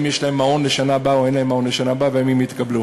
אם יש להם מעון לשנה הבאה או אין להם מעון לשנה הבאה והאם הם התקבלו.